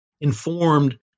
informed